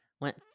went